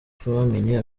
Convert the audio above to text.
twamenye